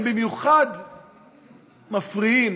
הם במיוחד מפריעים,